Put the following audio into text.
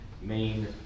Main